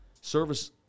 Service